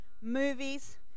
movies